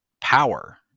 power